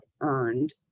earned